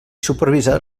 supervisa